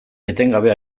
etengabe